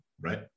right